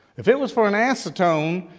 if it was for an acetone,